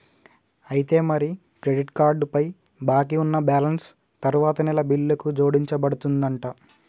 అయితే మరి credit card పై బాకీ ఉన్న బ్యాలెన్స్ తరువాత నెల బిల్లుకు జోడించబడుతుందంట